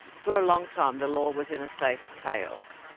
for a long time the law was in a state of chaos.